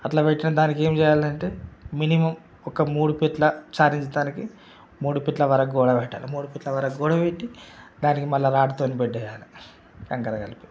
అట్లా అట్ల పెట్టిన దానికి ఏం చేయాలనంటే మినిమమ్ ఒక మూడు ఫీట్ల చార్ ఇంచ్ దానికి మూడు ఫీట్ల వరకు గోడ పెట్టాలి మూడు ఫీట్ల వరకు గోడ పెట్టి దానికి మళ్ళా రాడ్తో పెట్టేయాలి కంకర కలిపి